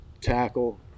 tackle